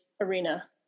arena